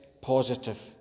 positive